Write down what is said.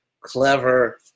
clever